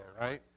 right